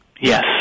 Yes